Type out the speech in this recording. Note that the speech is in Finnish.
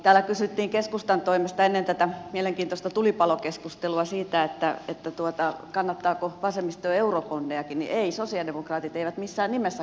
täällä kysyttiin keskustan toimesta ennen tätä mielenkiintoista tulipalokeskustelua kannattaako vasemmisto eurobondejakin ei sosialidemokraatit eivät missään nimessä kannata